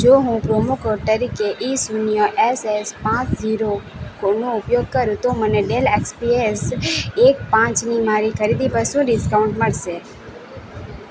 જો હું promo code તરીકે ઈ શૂન્ય એસ એસ પાંચ જીરો કોડનો ઉપયોગ કરું તો મને ડેલ એક્સપીએસ એક પાંચની મારી ખરીદી પર શું ડિસ્કાઉન્ટ મળશે